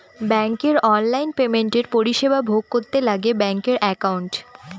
ব্যাঙ্কের অনলাইন পেমেন্টের পরিষেবা ভোগ করতে লাগে ব্যাঙ্কের একাউন্ট